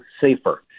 safer